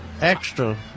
Extra